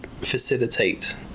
facilitate